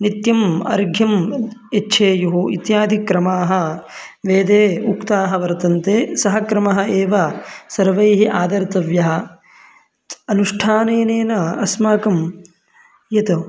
नित्यम् अर्घ्यम् यच्छेयुः इत्यादि क्रमाः वेदे उक्ताः वर्तन्ते सः क्रमः एव सर्वैः आदर्तव्यः अनुष्ठानेन अस्माकं यत्